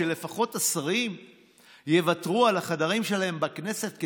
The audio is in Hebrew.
שלפחות השרים יוותרו על החדרים שלהם בכנסת,